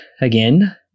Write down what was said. again